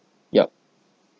yup